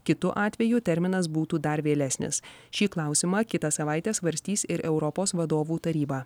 kitu atveju terminas būtų dar vėlesnis šį klausimą kitą savaitę svarstys ir europos vadovų taryba